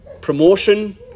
promotion